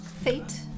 Fate